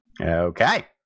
Okay